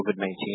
COVID-19